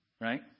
right